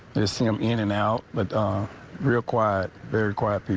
this him in and out but ah real quiet very quiet people.